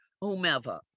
whomever